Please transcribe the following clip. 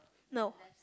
no